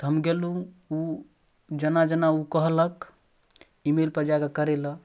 तऽ हम गेलहुॅं ओ जेना जेना ओ कहलक ईमेल पर जा कए करै लए